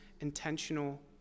intentional